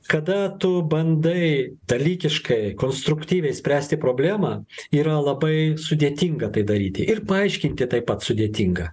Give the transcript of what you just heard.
kada tu bandai dalykiškai konstruktyviai spręsti problemą yra labai sudėtinga tai daryti ir paaiškinti taip pat sudėtinga